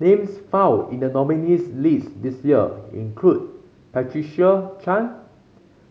names found in the nominees' list this year include Patricia Chan